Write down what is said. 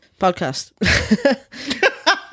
podcast